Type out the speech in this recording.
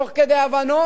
תוך כדי הבנות.